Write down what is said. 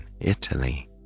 Italy